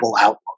outlook